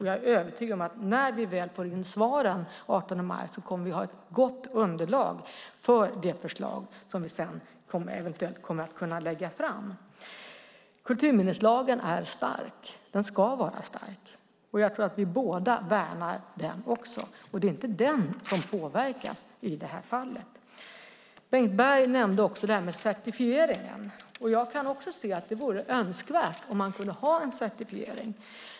Jag är övertygad om att när vi väl får in svaren den 18 maj kommer vi att ha ett gott underlag för det förslag som vi sedan eventuellt kommer att kunna lägga fram. Kulturminneslagen är stark. Den ska vara stark. Jag tror att vi båda värnar den, och det är inte den som påverkas i det här fallet. Bengt Berg nämnde certifieringen. Också jag kan se att det vore önskvärt om man kunde ha en certifiering.